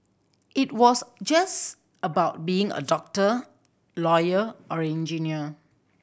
it was just about being a doctor lawyer or engineer